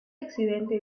accidente